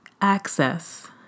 access